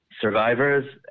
survivors